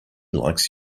likes